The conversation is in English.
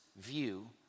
view